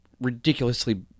ridiculously